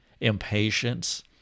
Impatience